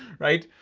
right?